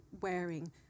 wearing